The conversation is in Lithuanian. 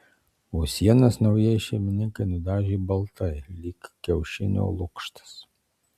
o sienas naujieji šeimininkai nudažė baltai lyg kiaušinio lukštas